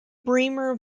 bremer